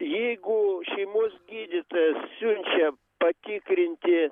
jeigu šeimos gydytojas siunčia patikrinti